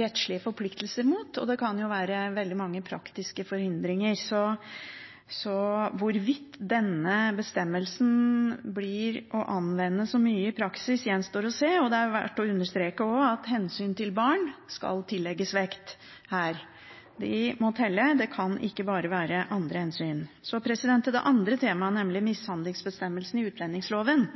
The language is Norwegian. rettslige forpliktelser, og det kan være veldig mange praktiske forhindringer, så hvorvidt denne bestemmelsen blir å anvende så mye i praksis, gjenstår å se. Det er også verdt å understreke at hensynet til barn skal tillegges vekt her. Det må telle, det kan ikke bare være andre hensyn. Når det gjelder det andre temaet,